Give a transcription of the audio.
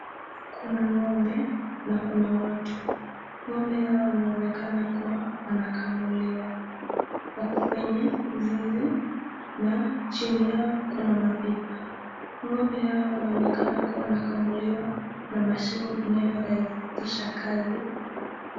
Kuna ng'ombe na kuna watu. Ng'ombe hao wanaonekana kuwa wanakamuliwa. Wako kwenye zizi na chini yao kuna mapipa. Ng'ombe hao wanaonekana kuwa wanakamuliwa na mashini inayorahisisha kazi.